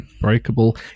breakable